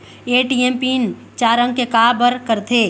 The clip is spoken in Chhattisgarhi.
ए.टी.एम पिन चार अंक के का बर करथे?